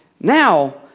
now